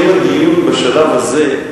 האם הדיון בשלב הזה,